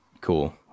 cool